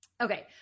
Okay